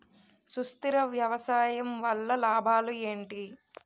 సుస్థిర వ్యవసాయం వల్ల లాభాలు ఏంటి?